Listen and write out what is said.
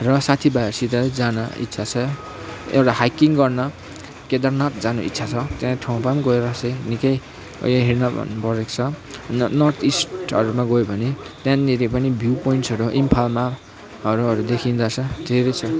र साथी भाइहरूसित जान इन्छा छ एउटा हाइकिङ गर्न केदारनाथ जाने इच्छा छ त्यहाँ ठाउँमा पनि गएर चाहिँ निक्कै उयो हेर्न मन परेको छ नर्थ इस्टहरूमा गयो भने त्यहाँनिर पनि भ्यु पोइन्टहरू इम्फालमा अरूहरू देखिँदो रहेछ